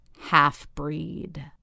half-breed